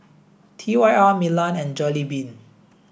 T Y R Milan and Jollibean